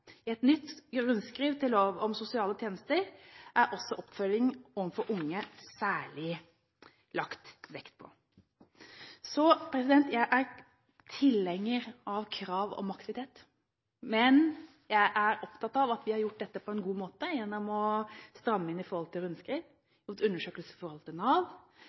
I et nytt rundskriv til lov om sosiale tjenester er også oppfølgingen overfor unge særlig lagt vekt på. Jeg er tilhenger av krav om aktivitet, men jeg er opptatt av at vi har gjort dette på en god måte, gjennom å stramme inn gjennom rundskriv, gjøre undersøkelser gjennom Nav,